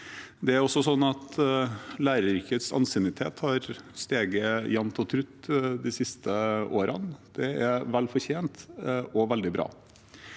Læreryrkets anseelse har steget jevnt og trutt de siste årene, og det er vel fortjent og veldig bra.